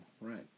right